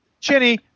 Chinny